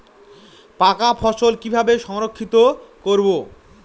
পাকা ফসল কিভাবে সংরক্ষিত করব?